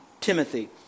Timothy